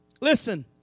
Listen